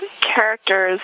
characters